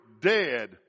dead